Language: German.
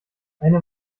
eine